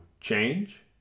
change